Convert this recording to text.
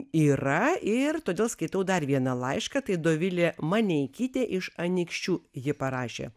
yra ir todėl skaitau dar vieną laišką tai dovilė maneikytė iš anykščių ji parašė